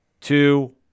two